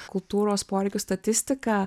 kultūros poreikių statistika